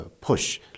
push